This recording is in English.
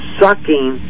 sucking